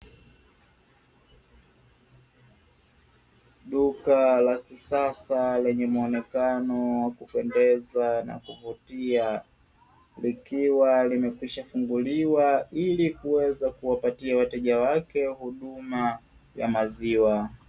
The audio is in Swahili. Duka la kisasa lenye muonekano wa kupendeza na kuvutia, likiwa limekwishafunguliwa ili kuweza kuwapatia wateja wake huduma ya maziwa.